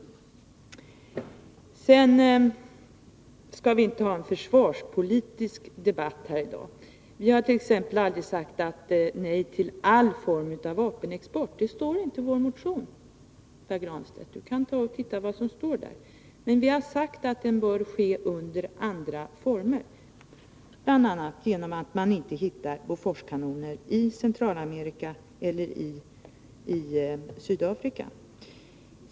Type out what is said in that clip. Vi skall inte ha en försvarspolitisk debatt här i dag. Jag vill bara tillägga att vi t.ex. aldrig har sagt nej till all form av vapenexport. Det står inte i vår motion, Pär Granstedt — se efter vad som står där! Vi har sagt att vapenexporten bör ske under andra former, bl.a. så att man inte hittar Boforskanoner i Centralamerika eller i Sydafrika.